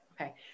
Okay